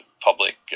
public